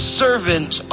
servant